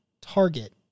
target